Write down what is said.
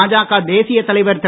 பாஜக தேசியத் தலைவர் திரு